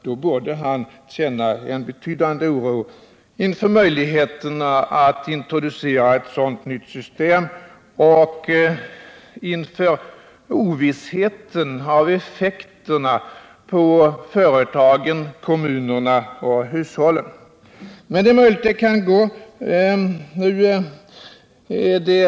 Då borde han känna en betydande oro inför svårigheterna att introducera ett sådant nytt system och inför ovissheten av effekterna på företagen, kommunerna och hushållen. Men det är möjligt att det går.